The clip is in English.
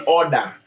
order